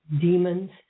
demons